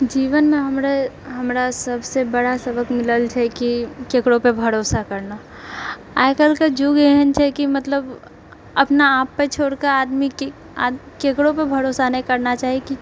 जीवनमे हमरे हमरा सबसँ बड़ा सबक मिलल छै कि ककरो पर भरोसा करना आइकाल्हिके युग एहन छेै कि मतलब अपनाआप पर छोड़िके आदमीके ककरो पर भरोसा नहि करना चाही कि